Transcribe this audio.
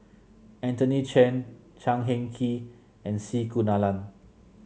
Anthony Chen Chan Heng Chee and C Kunalan